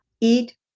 Eat